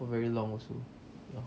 for very long also ya